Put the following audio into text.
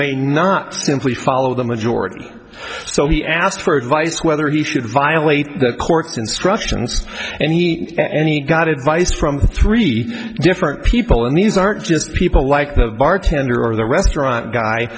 may not simply follow the majority so he asked for advice whether he should violate the court's instructions and he any got advice from three different people and these aren't just people like the bartender or the restaurant guy